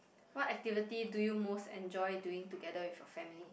what activity do you most enjoy doing together with your family